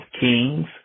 kings